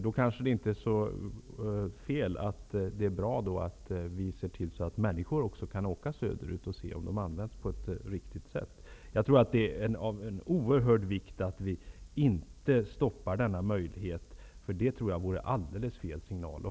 Då kanske det är bra att vi medverkar till att människor också kan åka söderut och se om medlen används på ett riktigt sätt. Det är av oerhört stor vikt att vi inte stoppar denna möjlighet, därför att det vore helt fel signal.